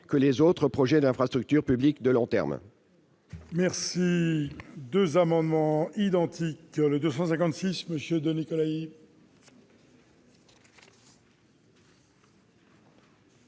que les autres projets d'infrastructures publiques de long terme.